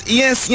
yes